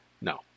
No